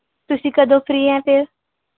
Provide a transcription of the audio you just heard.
ਤੁਸੀਂ ਕਦੋਂ ਫ੍ਰੀ ਹੋ ਫੇਰ